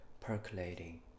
percolating